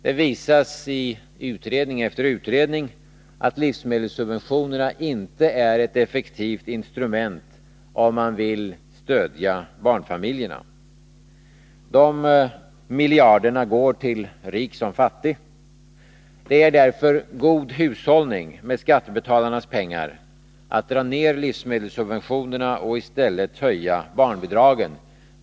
Det visas i utredning efter utredning att livsmedelssubventionerna inte är ett effektivt instrument om man vill stödja barnfamiljerna. De miljarderna går till rik som fattig. Det är därför god hushållning med skattebetalarnas pengar att dra ner livsmedelssubventionerna och att höja barnbidragen.